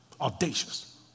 audacious